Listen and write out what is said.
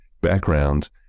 background